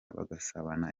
bagasabana